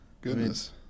goodness